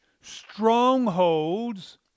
strongholds